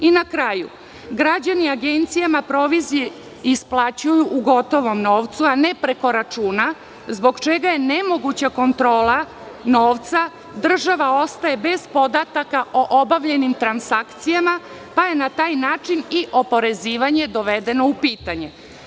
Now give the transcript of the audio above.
Na kraju, građani agencijama provizije isplaćuju u gotovom novcu a ne preko računa, zbog čega je nemoguća kontrola novca, država ostaje bez podataka o obavljenim transakcijama, pa je na taj način i oporezivanje dovedeno u pitanje.